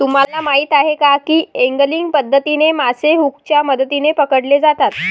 तुम्हाला माहीत आहे का की एंगलिंग पद्धतीने मासे हुकच्या मदतीने पकडले जातात